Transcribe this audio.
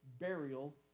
burial